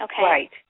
right